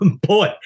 boy